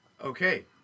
Okay